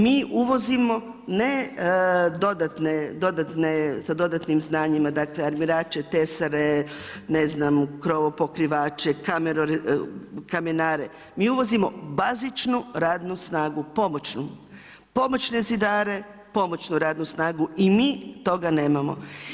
Mi uvozimo, ne dodatne sa dodatnim znanjima, dakle, armirače, tesare, krovopokrivače, kamenare, mi uvozimo bazičnu radnu snagu, pomoćnu, pomoćne zidare, pomoćnu radnu snagu i mi toga nemamo.